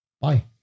bye